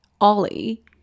Ollie